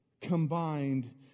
combined